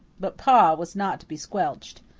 but pa was not to be squelched.